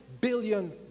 billion